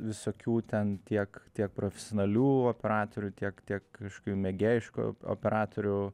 visokių ten tiek tiek profesionalių operatorių tiek tiek kažkokių mėgėjiškų op operatorių